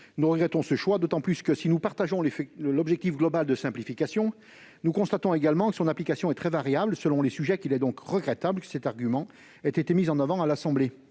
Nous regrettons ce choix d'autant plus que, si nous partageons l'objectif global de simplification, nous constatons également que son application est très variable selon les sujets. Il est donc fâcheux que cet argument ait été mis en avant à l'Assemblée